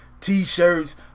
t-shirts